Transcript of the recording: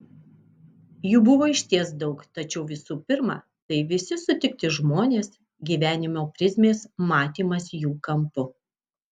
jų buvo išties daug tačiau visų pirma tai visi sutikti žmonės gyvenimo prizmės matymas jų kampu